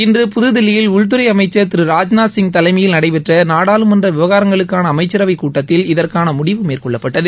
இன்று புதுதில்லியில் உள்துறை அமைச்சர் திரு ராஜ்நாத்சிய் தலைமையில் நடைபெற்ற நாடாளுமன்ற விவகாரங்களுக்கான அமைச்சரவைக் கூட்டத்தில் இதற்கான முடிவு மேற்கொள்ளப்பட்டது